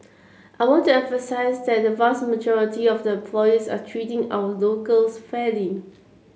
I want to emphasise that the vast majority of the employees are treating our locals fairly